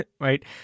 right